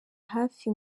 hafi